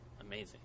amazing